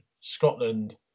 Scotland